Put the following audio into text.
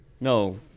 no